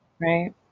Right